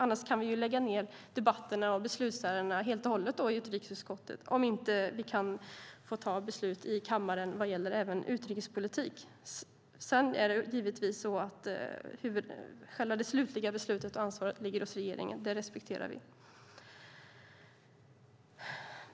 Om vi inte kan få ta beslut i kammaren även vad gäller utrikespolitik kan vi ju lägga ned debatterna och beslutsärendena i utrikesutskottet helt och hållet. Sedan är det givetvis så att ansvaret för själva det slutliga beslutet ligger hos regeringen. Det respekterar vi.